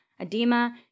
edema